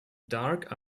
dark